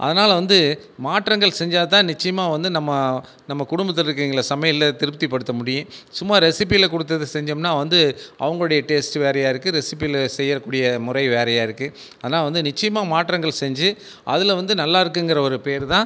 அதனால் வந்து மாற்றங்கள் செஞ்சா தான் நிச்சியமாக வந்து நம்ம நம்ம குடும்பத்தில் இருக்கவிங்கள சமையலில் திருப்திப்படுத்த முடியும் சும்மா ரெஸிப்பியில கொடுத்தத செஞ்சோம்னா வந்து அவங்களுடைய டேஸ்ட்டு வேறையாக இருக்கு ரெஸிப்பியில செய்யக்கூடிய முறை வேறையாக இருக்கு ஆனால் வந்து நிச்சியமாக மாற்றங்கள் செஞ்சு அதில் வந்து நல்லா இருக்குங்கிற ஒரு பேர் தான்